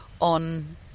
On